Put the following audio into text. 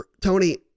Tony